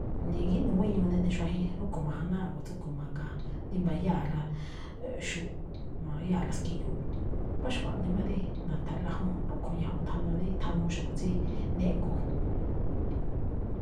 Nigíꞌnuu guíñuu neꞌne xuajen, rúꞌkho̱ ma̱janáá a̱ꞌgo̱ tsúꞌkho̱ ma̱ga̱a̱n, rí mbáyáa la xu̱u̱ꞌ, mbayáa la ski̱yu̱u̱ꞌ. Mbá xkuaꞌnii má dí na̱tha̱nꞌlaꞌ jún. Rúꞌkho̱ ñajuun thana, dí thanuu xa̱bo̱ tsí néꞌngo̱o̱.